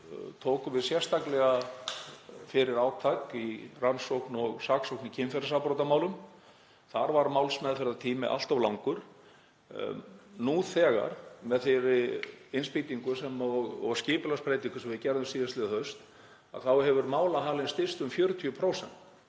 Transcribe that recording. tókum við sérstaklega fyrir átak í rannsókn og saksókn í kynferðisafbrotamálum. Þar var málsmeðferðartími allt of langur. Nú þegar, með þeirri innspýtingu og skipulagsbreytingum sem við gerðum síðastliðið haust, hefur málahali styst um 40%.